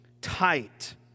tight